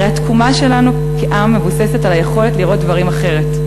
הרי התקומה שלנו כעם מבוססת על היכולת לראות דברים אחרת,